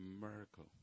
miracle